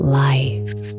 life